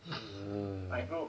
mm